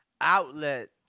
outlet